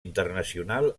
internacional